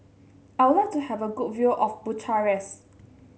I would like to have a good view of Bucharest